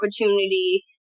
opportunity